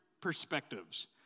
perspectives